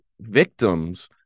victims